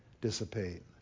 dissipate